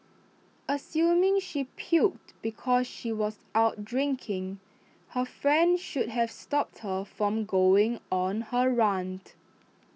assuming she puked because she was out drinking her friend should have stopped her from going on her rant